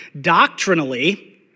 doctrinally